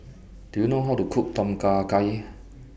Do YOU know How to Cook Tom Kha Gai